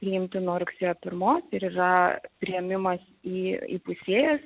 priimti nuo rugsėjo pirmos ir yra priėmimas į įpusėjus